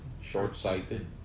Short-sighted